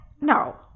No